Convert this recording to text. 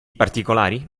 particolari